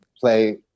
play